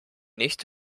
nicht